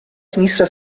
sinistra